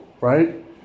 right